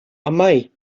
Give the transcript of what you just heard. amai